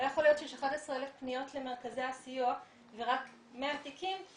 לא יכול להיות שיש 11,000 פניות למרכזי הסיוע ורק 100 תיקים,